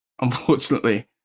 unfortunately